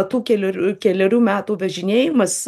tų keler kelerių metų važinėjimas